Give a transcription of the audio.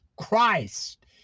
Christ